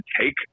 take